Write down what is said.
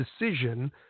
decision